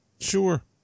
Sure